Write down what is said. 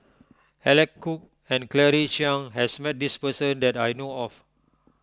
Alec Kuok and Claire Chiang has met this person that I know of